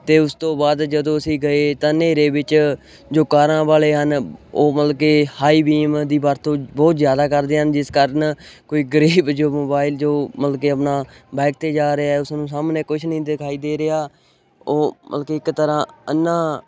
ਤਾਂ ਉਸ ਤੋਂ ਬਾਅਦ ਜਦੋਂ ਅਸੀਂ ਗਏ ਤਾਂ ਹਨੇਰੇ ਵਿੱਚ ਜੋ ਕਾਰਾਂ ਵਾਲੇ ਹਨ ਉਹ ਮਤਲਬ ਕਿ ਹਾਈ ਬੀਮ ਦੀ ਵਰਤੋਂ ਬਹੁਤ ਜ਼ਿਆਦਾ ਕਰਦੇ ਹਨ ਜਿਸ ਕਾਰਨ ਕੋਈ ਗਰੀਬ ਜੋ ਮੋਬਾਈਲ ਜੋ ਮਤਲਬ ਕਿ ਆਪਣਾ ਬਾਇਕ 'ਤੇ ਜਾ ਰਿਹਾ ਉਸਨੂੰ ਸਾਹਮਣੇ ਕੁਛ ਨਹੀਂ ਦਿਖਾਈ ਦੇ ਰਿਹਾ ਉਹ ਮਤਲਬ ਕਿ ਇੱਕ ਤਰ੍ਹਾਂ ਅੰਨਾ